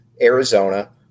Arizona